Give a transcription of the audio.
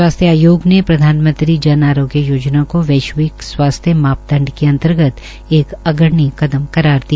स्वास्थ्य आयोग ने प्रधानमंत्री जन आरोग्य योजना को वैश्विक स्वास्थ्य मापदंड के अंतर्गत एक अग्रणी कदम करार दिया